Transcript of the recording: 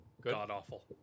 god-awful